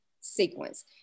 sequence